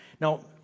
Now